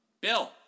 Bill